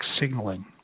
signaling